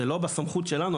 זה לא בסמכות שלנו,